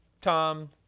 Tom